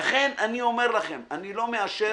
לכן, אני אומר לכם, אני לא מאשר.